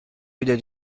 wieder